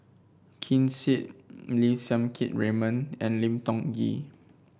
Ken Seet Lim Siang Keat Raymond and Lim Tiong Ghee